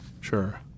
Sure